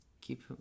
keep